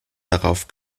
darauf